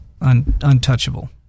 untouchable